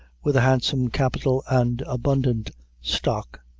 with a handsome capital and abundant stock,